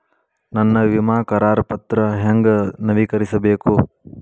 ನನ್ನ ವಿಮಾ ಕರಾರ ಪತ್ರಾ ಹೆಂಗ್ ನವೇಕರಿಸಬೇಕು?